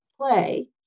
play